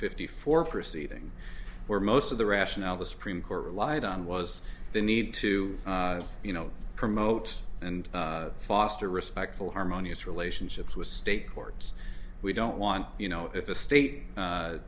fifty four proceeding where most of the rationale the supreme court relied on was the need to you know promote and foster respectful harmonious relationships with state courts we don't want you know if the state